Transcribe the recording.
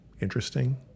interesting